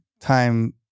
time